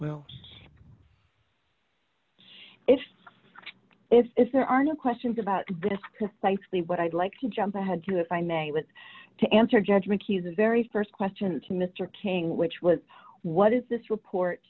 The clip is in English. well if if if there are no questions about this precisely what i'd like to jump ahead to if i may wish to answer judgment he's a very st question to mr king which was what is this report